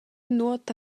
nuota